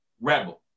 Rebel